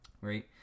right